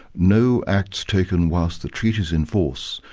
no acts taken whilst the treaty's in force,